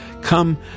Come